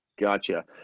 Gotcha